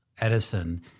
Edison